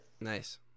Nice